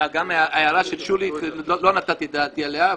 גם ההערה של שולי לא נתתי דעתי עליה,